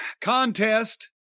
contest